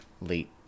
late